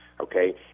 okay